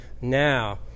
now